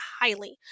highly